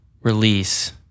release